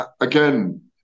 again